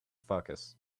focus